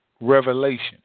revelation